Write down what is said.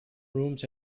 rooms